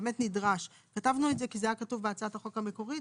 כתבנו את זה כי זה היה כתוב בהצעת החוק המקורית,